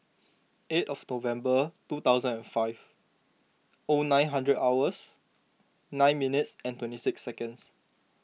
eight of November two thousand and five O nine hundred hours nine minutes and twenty six seconds